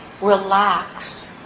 relax